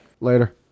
Later